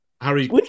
Harry